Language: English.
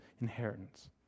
inheritance